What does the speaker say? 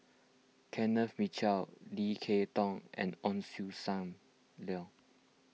Kenneth Mitchell Lim Kay Tong and Ong Sam Leong